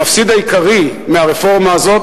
המפסיד העיקרי מהרפורמה הזאת,